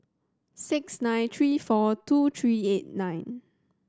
six nine three four two three eight nine